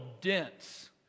dense